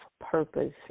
purpose